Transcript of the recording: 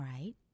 right